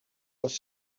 was